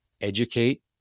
educate